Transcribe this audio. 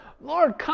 Lord